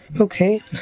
Okay